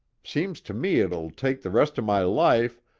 seems to me it'll take the rest of my life,